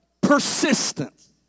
persistence